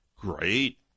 great